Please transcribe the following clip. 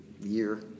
year